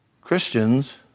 Christians